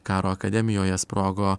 karo akademijoje sprogo